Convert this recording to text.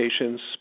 patients